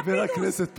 חבר הכנסת פינדרוס.